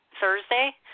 Thursday